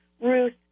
Ruth